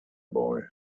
boy